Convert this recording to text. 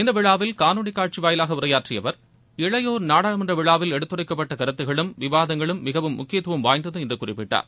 இந்த விழாவில் காணொலி காட்சி வாயிலாக உரையாற்றிய அவர் இளையோர் நாடாளுமன்ற விழாவில் எடுத்துரைக்கப்பட்ட கருத்துக்களும் விவாதங்களும் மிகவும் முக்கியத்தும் வாய்ந்தது என்று குறிப்பிட்டார்